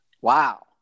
Wow